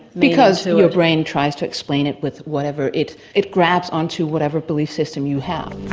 because your brain tries to explain it with whatever it. it grabs on to, whatever belief system you have.